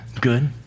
good